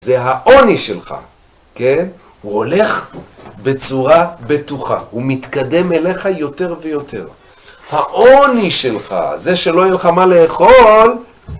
זה העוני שלך, כן? הוא הולך בצורה בטוחה. הוא מתקדם אליך יותר ויותר. העוני שלך, זה שלא יהיה לך מה לאכול,